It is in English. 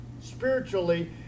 spiritually